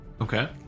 Okay